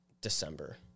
december